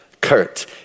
Kurt